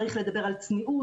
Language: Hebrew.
שצריך לדבר על צניעות.